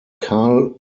carl